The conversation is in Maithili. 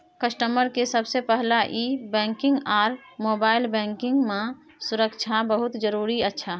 कस्टमर के सबसे पहला ई बैंकिंग आर मोबाइल बैंकिंग मां सुरक्षा बहुत जरूरी अच्छा